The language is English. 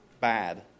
bad